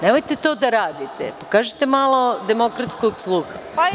Nemojte to da radite, pokažite malo demokratskog sluha.